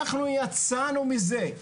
אנחנו יצאנו מזה.